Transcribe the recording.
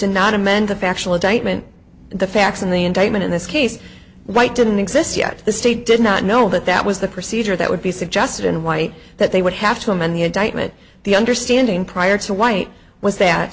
to not amend the factual indictment the facts in the indictment in this case white didn't exist yet the state did not know that that was the procedure that would be suggested and white that they would have to amend the indictment the understanding prior to white was that